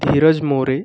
Dhiraj More